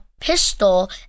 pistol